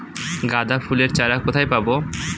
গাঁদা ফুলের চারা কোথায় পাবো?